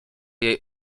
jej